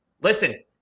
Listen